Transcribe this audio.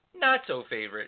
not-so-favorite